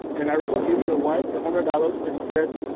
and i remember giving the wife a hundred dollars and said,